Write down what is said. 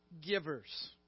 givers